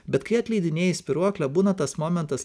bet kai atleidinėji spyruoklę būna tas momentas